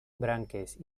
branques